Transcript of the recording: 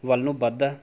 ਵੱਲ ਨੂੰ ਵਧਦਾ